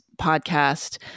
podcast